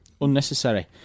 unnecessary